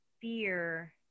fear